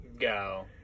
go